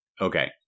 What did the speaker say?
okay